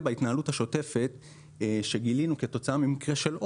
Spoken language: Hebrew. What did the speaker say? בהתנהלות השוטפת שגילינו כתוצאה מהמקרה של עוז,